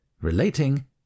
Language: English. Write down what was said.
relating